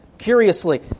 Curiously